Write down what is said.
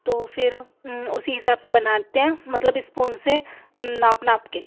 تو پھر اسی حساب سے بناتے ہیں مطلب اسپون سے ناپ ناپ کے